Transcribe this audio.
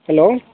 hello